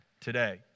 today